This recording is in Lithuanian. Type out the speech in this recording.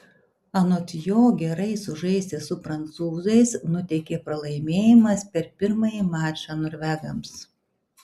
anot jo gerai sužaisti su prancūzais nuteikė pralaimėjimas per pirmąjį mačą norvegams